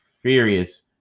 furious